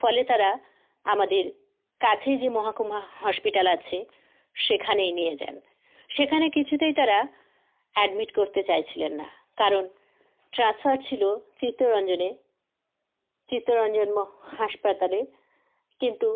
ফলে তারা আমাদের কাছে যে মহাকুমা হসপিটাল আছে সেখানেই নিয়ে যান সেখানে কিছুতেই তারা অ্যাডমিট করতে চাইছিলেন না কারণ ট্রান্সফার ছিলো চিত্তরঞ্জনে চিত্তরঞ্জন ম হাসপাতালে কিন্তু